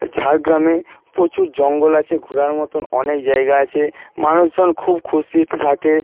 ঝাড়গ্রামে প্রচুর জঙ্গল আছে ঘোরার মতন অনেক জায়গা আছে মানুষ জন খুব খুশিতে থাকে